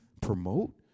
promote